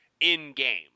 in-game